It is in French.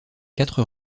quatre